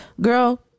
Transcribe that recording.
girl